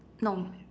no